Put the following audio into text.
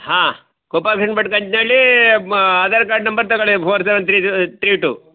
ಹಾಂ Krupakshan Bhat Kanchanalli Aadhaar card number ತಗೊಳಿ four seven three three to